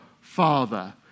Father